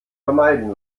vermeiden